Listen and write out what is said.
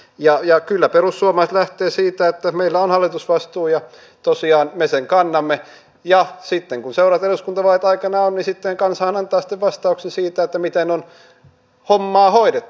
ja kyllä perussuomalaiset lähtevät siitä että meillä on hallitusvastuu ja tosiaan me sen kannamme ja sitten kun seuraavat eduskuntavaalit aikanaan on niin kansahan antaa sitten vastauksen siihen miten on hommaa hoidettu